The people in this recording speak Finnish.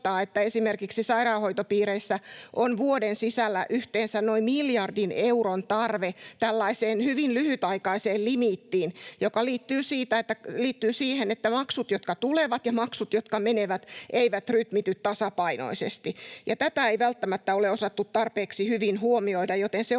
että esimerkiksi sairaanhoitopiireissä on vuoden sisällä yhteensä noin miljardin euron tarve tällaiseen hyvin lyhytaikaiseen limiittiin, joka liittyy siihen, että maksut, jotka tulevat, ja maksut, jotka menevät, eivät rytmity tasapainoisesti. Tätä ei välttämättä ole osattu tarpeeksi hyvin huomioida,